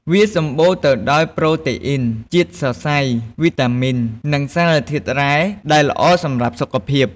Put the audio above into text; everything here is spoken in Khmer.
វាសម្បូរទៅដោយប្រូតេអ៊ីន ជាតិសរសៃ វីតាមីន និងសារធាតុរ៉ែ ដែលល្អសម្រាប់សុខភាព។